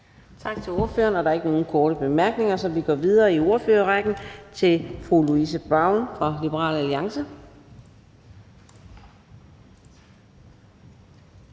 Tak til ordføreren. Der er ikke nogen korte bemærkninger, så vi går videre i ordførerrækken til hr. Mike Villa Fonseca fra